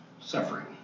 suffering